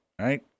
Right